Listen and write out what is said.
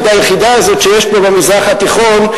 היחידה הזאת שיש פה במזרח התיכון,